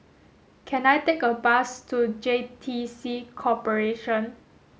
can I take a bus to J T C Corporation